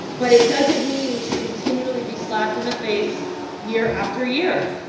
but it doesn't mean we should continually be slapped in the face year after year.